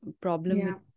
problem